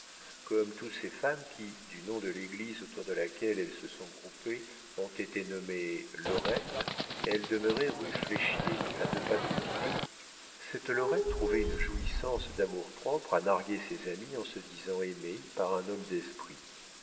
comme toutes ces femmes qui du nom de l'église autour de laquelle elles se sont groupées ont été nommées lorettes elle demeurait rue fléchier à deux pas de lousteau cette lorette trouvait une jouissance d'amour-propre à narguer ses amies en se disant aimée par un homme d'esprit